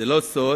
זה לא סוד,